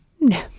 No